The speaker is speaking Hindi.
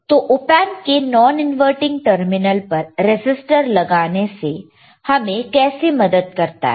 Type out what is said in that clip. तो ऑएंप के नॉन इनवर्टिंग टर्मिनल पर रेसिस्टर लगाने से हमें कैसे मदद करता है